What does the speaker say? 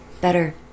better